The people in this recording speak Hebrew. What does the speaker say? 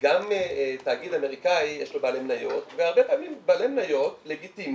גם תאגיד אמריקאי יש לו בעלי מניות והרבה פעמים בעלי מניות לגיטימיים